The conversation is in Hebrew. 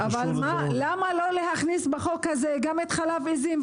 למה לא להכניס בחוק הזה גם חלב עיזים?